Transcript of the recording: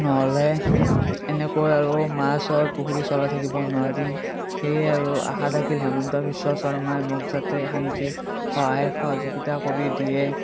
নহ'লে এনেকৈ আৰু মাছৰ পুখুৰী চলাই থাকিব নোৱাৰিম সেয়ে আৰু আশা থাকিল হেমন্ত বিশ্ব শৰ্মাই মোক যাতে শান্তি সহায় সহযোগিতা কৰি দিয়ে